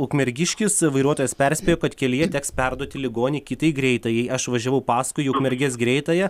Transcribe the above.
ukmergiškis vairuotojas perspėjo kad kelyje teks perduoti ligonį kiti greitajai aš važiavau paskui ukmergės greitąją